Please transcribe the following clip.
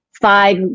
five